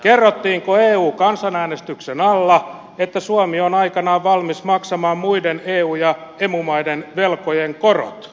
kerrottiinko eu kansanäänestyksen alla että suomi on aikanaan valmis maksamaan muiden eu ja emu maiden velkojen korot